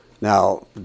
Now